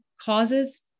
causes